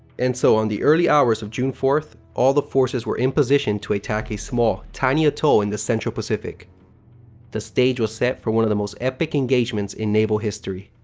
and so, on the early hours of june fourth, all the forces were in position to attack a small tiny atoll in the central pacific the stage was set for one of the most epic engagements in naval history.